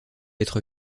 être